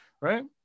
right